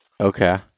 Okay